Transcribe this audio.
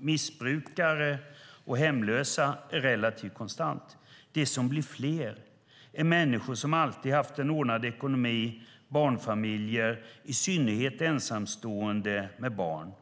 missbrukare och hemlösa, är relativt konstant. De som blir fler är människor som alltid haft en ordnad ekonomi, barnfamiljer, i synnerhet ensamstående med barn."